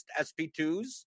SP2s